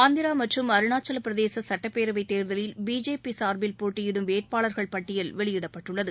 ஆந்திரா மற்றும் அருணாச்சலப் பிரதேச சுட்டப்பேரவை தேர்தலில் பிஜேபி சாா்பில் போட்டியிடும் வேட்பாளர்கள் பட்டியல் வெளியிடப்பட்டுள்ளது